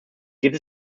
gibt